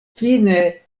fine